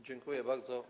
Dziękuję bardzo.